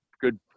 good